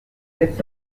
this